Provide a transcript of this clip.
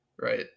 right